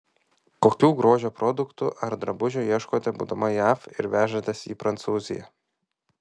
kokių grožio produktų ar drabužių ieškote būdama jav ir vežatės į prancūziją